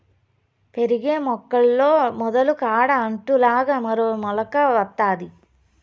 పెరిగే మొక్కల్లో మొదలు కాడ అంటు లాగా మరో మొలక వత్తాది